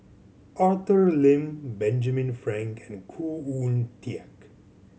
Arthur Lim Benjamin Frank and Khoo Oon Teik